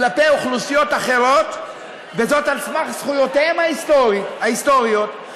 כלפי אוכלוסיות אחרות על סמך זכויותיהם ההיסטוריות,